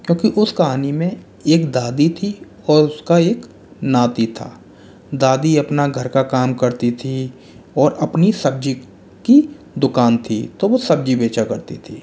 क्योंकि उस कहानी में एक दादी थी और उसका एक नाती था दादी अपना घर का काम करती थी और अपनी सब्ज़ी की दुकान थी तो वह सब्ज़ी बेचा करती थी